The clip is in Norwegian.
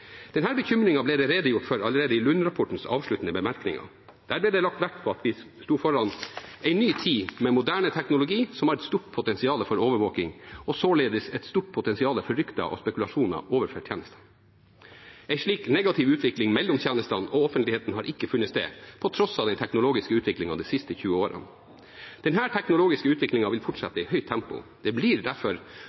ble det redegjort for allerede i Lund-rapportens avsluttende bemerkninger. Der ble det lagt vekt på at vi sto foran en ny tid med moderne teknologi, som har et stort potensial for overvåking og således et stort potensial for rykter og spekulasjoner overfor tjenestene. En slik negativ utvikling mellom tjenestene og offentligheten har ikke funnet sted, på tross av den teknologiske utviklingen de siste 20 årene. Denne teknologiske utviklingen vil fortsette i høyt tempo. Det blir derfor